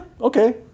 okay